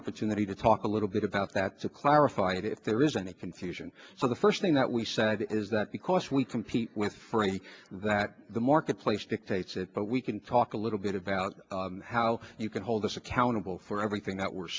opportunity to talk a little bit about that to clarify it if there is any confusion for the first thing that we said is that because we compete with free that the marketplace dictates it but we can talk a little bit about how you can hold us accountable for everything that we're